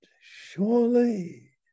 surely